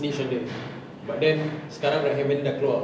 snitch on dia but then sekarang right hand man dia dah keluar